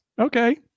Okay